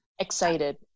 excited